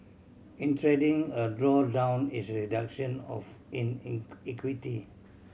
in trading a drawdown is a reduction of in in equity